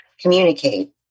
communicate